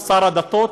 הוא שר הדתות,